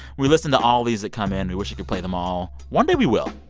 we listen to all these that come in. we wish we could play them all. one day, we will.